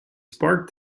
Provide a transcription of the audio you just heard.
spark